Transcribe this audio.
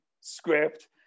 script